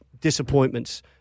disappointments